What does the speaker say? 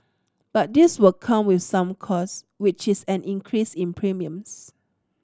but this will come with some cost which is an increase in premiums